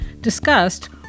discussed